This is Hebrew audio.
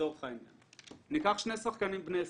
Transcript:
לצורך העניין, ניקח שני שחקנים בני 23,